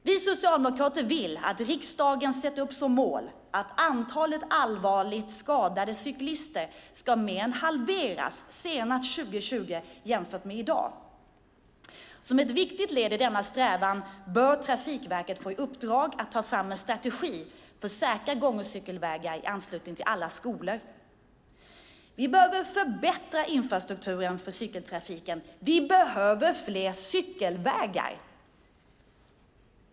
Vi socialdemokrater vill att riksdagen sätter upp som mål att antalet allvarligt skadade cyklister ska mer än halveras senast 2020 jämfört med i dag. Som ett viktigt led i denna strävan bör Trafikverket få i uppdrag att ta fram en strategi för säkra gång och cykelvägar i anslutning till alla skolor. Vi behöver förbättra infrastrukturen för cykeltrafiken. Vi behöver fler cykelvägar.